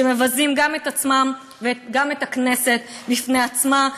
שמבזים גם את עצמם וגם את הכנסת בפני עצמה,